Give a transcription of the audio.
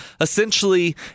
essentially